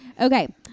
Okay